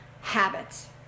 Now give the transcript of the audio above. habits